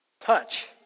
Touch